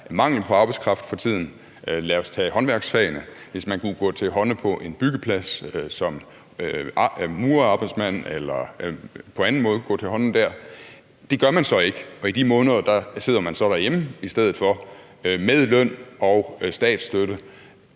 mangel på arbejdskraft for tiden; lad os tage håndværksfagene; man kunne gå til hånde på en byggeplads som murerarbejdsmand eller kunne på anden måde gå til hånde dér. Det gør man så ikke, og i de måneder sidder man så derhjemme i stedet for med løn og statsstøtte,